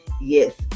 yes